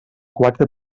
quatre